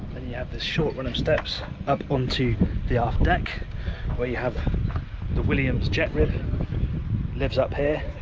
then you have this short run of steps up onto the aft deck where you have the williams jet rib. it lives up here,